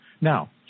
Now